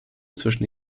zwischen